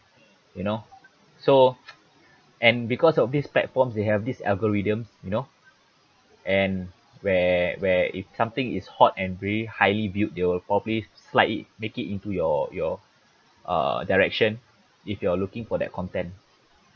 you know so and because of this platforms they have this algorithms you know and where where if something is hot and very highly viewed they will probably slightly make it into your your uh direction if you're looking for that content